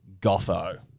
Gotho